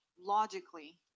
Logically